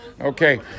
Okay